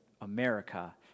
America